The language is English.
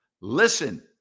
listen